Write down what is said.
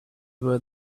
were